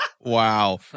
Wow